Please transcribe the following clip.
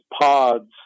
pods